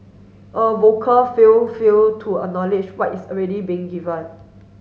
a vocal few fail to acknowledge what is already being given